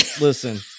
Listen